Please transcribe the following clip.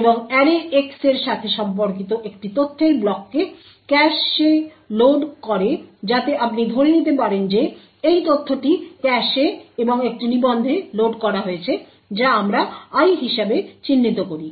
এবং অ্যারেx এর সাথে সম্পর্কিত একটি তথ্যের ব্লককে ক্যাশে লোড করে যাতে আপনি ধরে নিতে পারেন যে এই তথ্যটি ক্যাশে এবং একটি নিবন্ধে লোড করা হয়েছে যা আমরা I হিসাবে চিহ্নিত করি